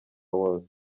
wose